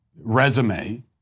resume